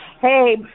Hey